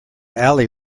alley